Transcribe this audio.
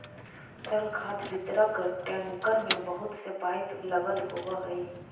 तरल खाद वितरक टेंकर में बहुत से पाइप लगल होवऽ हई